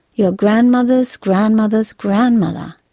your grandmother's grandmother's grandmother,